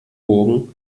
burgen